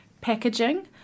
packaging